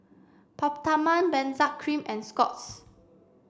Peptamen Benzac cream and Scott's